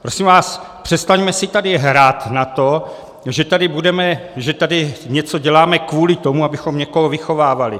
Prosím vás, přestaňme si tady hrát na to, že tady něco děláme kvůli tomu, abychom někoho vychovávali.